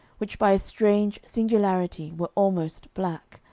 which by a strange singularity were almost black,